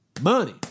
money